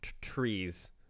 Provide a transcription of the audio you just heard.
Trees